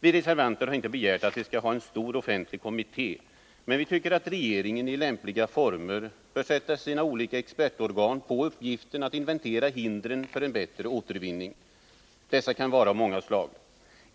Vi reservanter har inte begärt att det skall tillsättas en stor offentlig kommitté, men vi tycker att regeringen i lämpliga former bör sätta sina olika expertorgan på uppgiften att inventera hindren för en bättre återvinning. Dessa kan vara av många slag.